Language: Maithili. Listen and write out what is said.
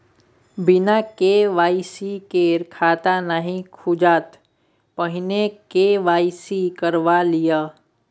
बिना के.वाई.सी केर खाता नहि खुजत, पहिने के.वाई.सी करवा लिअ